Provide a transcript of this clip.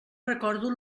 recordo